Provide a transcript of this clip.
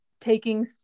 taking